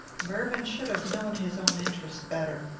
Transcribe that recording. mervyn should have known his own interest better.